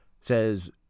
says